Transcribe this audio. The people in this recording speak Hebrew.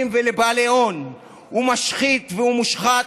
ולבעלי הון הוא משחית והוא מושחת,